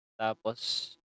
tapos